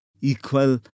equal